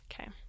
okay